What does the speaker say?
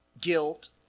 guilt